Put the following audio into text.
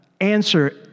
answer